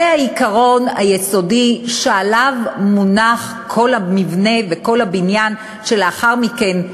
זה העיקרון היסודי שעליו מונח כל המבנה וכל הבניין שלאחר מכן,